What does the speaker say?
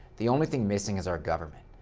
the only thing missing is our government,